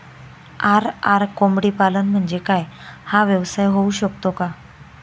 RR कोंबडीपालन म्हणजे काय? हा व्यवसाय होऊ शकतो का?